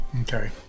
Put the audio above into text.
Okay